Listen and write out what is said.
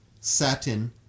satin